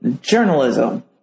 journalism